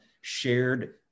shared